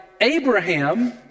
Abraham